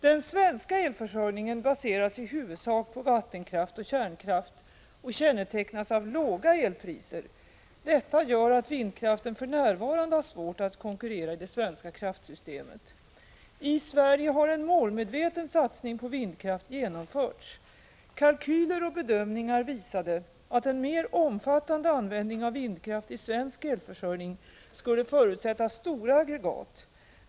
Den svenska elförsörjningen baseras i huvudsak på vattenkraft och kärnkraft och kännetecknas av låga elpriser. Detta gör att vindkraften för närvarande har svårt att konkurrera i det svenska kraftsystemet. I Sverige har en målmedveten satsning på vindkraft genomförts. Kalkyler och bedömningar visade att en mer omfattande användning av vindkraft i svensk elförsörjning skulle förutsätta stora aggregat.